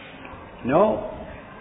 No